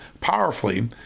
powerfully